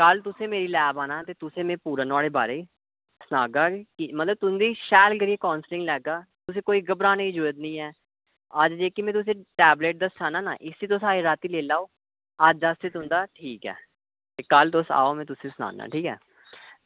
कल्ल तुसें मेरी लैब औना ते में तुसें ई नुहाड़ै बारै ई सनागा ते मतलब तुंदी शैल करियै काऊंसलिंग लैगा तुसें ई कोई घबराने दी जरूरत निं ऐ अज्ज में तुसेंगी जेह्की में टेबलेट दस्साना ना इसी तुस अज्ज रातीं लेई लेओ ते अज्ज रातीं तुंदा ठीक ऐ ते कल्ल तुस आओ ते में तुसेंगी सनाना